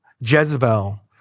Jezebel